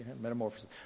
Metamorphosis